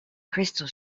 crystal